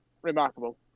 Remarkable